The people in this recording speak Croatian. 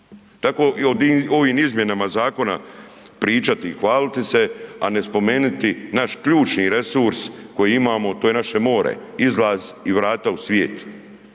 Tako i ovim izmjenama zakona pričati i hvaliti se a ne spomenuti naš ključni resurs koji imamo a to je naše more i vrata u svijet.